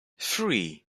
three